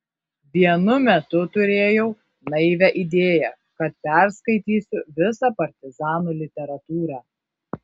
vienu metu turėjau naivią idėją kad perskaitysiu visą partizanų literatūrą